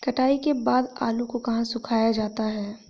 कटाई के बाद आलू को कहाँ सुखाया जाता है?